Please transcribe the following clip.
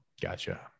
Gotcha